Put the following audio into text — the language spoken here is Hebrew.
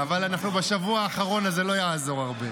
אבל אנחנו בשבוע האחרון, אז זה לא יעזור הרבה.